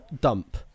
dump